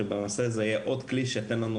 שבנושא הזה יהיה עוד כלי שייתן לנו